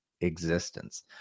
existence